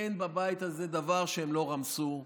אין בבית הזה דבר שהם לא רמסו.